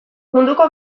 munduko